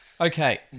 Okay